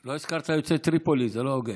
לא הזכרת את יוצאי טריפולי, זה לא הוגן.